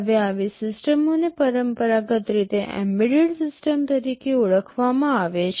હવે આવી સિસ્ટમોને પરંપરાગત રીતે એમ્બેડેડ સિસ્ટમ્સ તરીકે ઓળખવામાં આવે છે